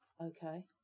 Okay